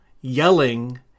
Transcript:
yelling